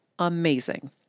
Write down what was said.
amazing